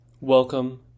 Welcome